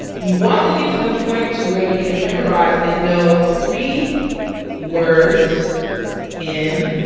you want to get to the point to where you can memorize and know three words in